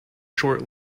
short